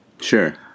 Sure